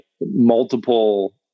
multiple